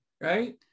right